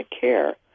care